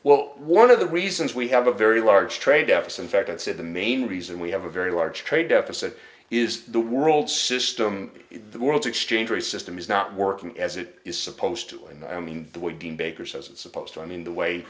well one of the reasons we have a very large trade deficit in fact it's in the main reason we have a very large trade deficit is the world system the world's exchange rate system is not worth as it is supposed to and i mean the way dean baker says it's supposed to i mean the way